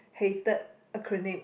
hated acronym